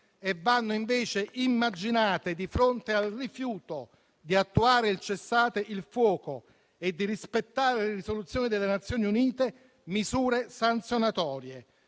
e vanno invece immaginate, di fronte al rifiuto di attuare il cessate il fuoco e di rispettare le risoluzioni delle Nazioni Unite, misure sanzionatorie.